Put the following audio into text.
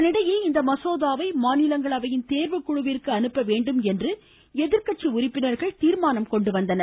இதனிடையே இந்த மசோதாவை மாநிலங்களவையின் தேர்வுக் குழுவிற்கு அனுப்ப வேண்டும் என்று எதிர்கட்சி உறுப்பினர்கள் தீர்மானம் கொண்டுவந்தனர்